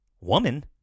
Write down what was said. woman